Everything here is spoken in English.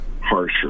harsher